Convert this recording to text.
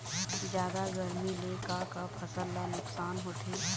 जादा गरमी ले का का फसल ला नुकसान होथे?